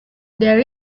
there